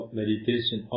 meditation